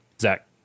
Zach